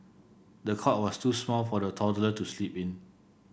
the cot was too small for the toddler to sleep in